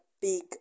big